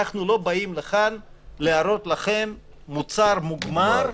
אנחנו לא באים לכאן על מנת להראות לכם מוצר מוגמר,